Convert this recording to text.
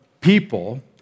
people